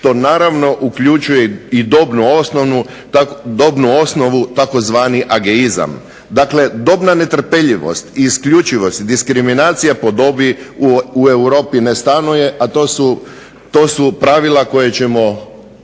što naravno uključuje i dobnu osnovu tzv. ageizam. Dakle, dobna netrpeljivost i isključivost i diskriminacija po dobi u Europi ne stanuje, a to su pravilima koje ćemo,